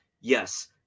yes